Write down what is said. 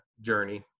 journey